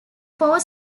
four